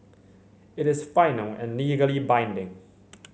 it is final and legally binding